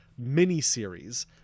miniseries